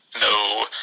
no